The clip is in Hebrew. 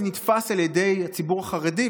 זה נתפס על ידי הציבור החרדי,